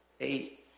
Eight